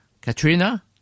Katrina